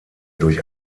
durch